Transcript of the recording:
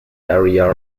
area